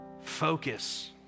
focus